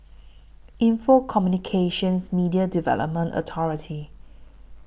Info Communications Media Development Authority